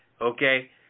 okay